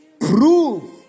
Prove